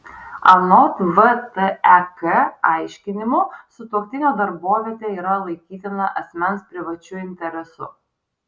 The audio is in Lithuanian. anot vtek aiškinimo sutuoktinio darbovietė yra laikytina asmens privačiu interesu